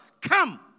come